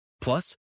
Plus